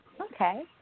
Okay